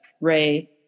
Ray